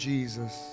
Jesus